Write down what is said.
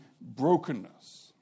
brokenness